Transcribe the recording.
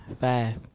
Five